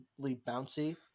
bouncy